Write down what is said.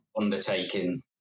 undertaking